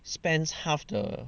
spans half the